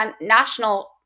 national